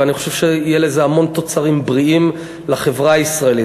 ואני חושב שיהיו לזה המון תוצרים בריאים לחברה הישראלית.